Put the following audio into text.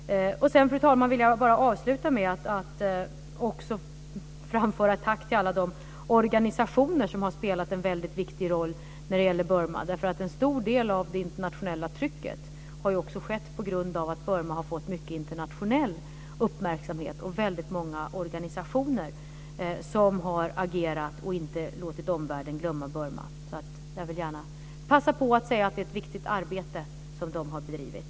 Fru talman! Jag vill avsluta med att framföra ett tack till alla organisationer som har spelat en viktig roll när det gäller Burma. En stor del av det internationella trycket har skett på grund av att Burma har fått mycket internationell uppmärksamhet. Det är många organisationer som har agerat och inte låtit omvärlden glömma Burma. Jag vill alltså gärna passa på att säga att det är ett viktigt arbete som de har bedrivit.